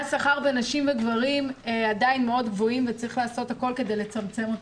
מאוד גבוהים וצריך לעשות הכול כדי לצמצם אותם,